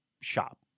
shop